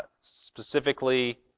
specifically